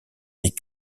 des